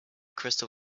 crystal